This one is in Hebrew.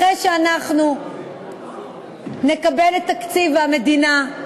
אחרי שאנחנו נקבל את תקציב המדינה,